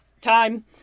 Time